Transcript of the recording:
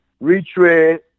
retread